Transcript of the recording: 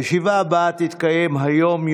הישיבה הבאה תתקיים היום,